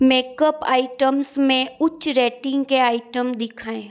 makeup items में उच्च rating के आइटम दिखाएँ